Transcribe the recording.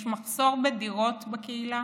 יש מחסור בדירות בקהילה.